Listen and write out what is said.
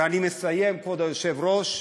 ואני מסיים, כבוד היושב-ראש.